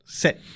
set